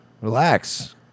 Relax